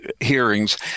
hearings